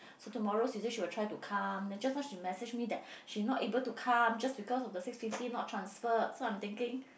so tomorrow she say she will try to come then just now she message me that she not able to come just because the six fifty not transfer so I'm thinking